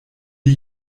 die